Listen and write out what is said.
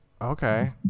Okay